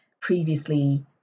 previously